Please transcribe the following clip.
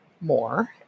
more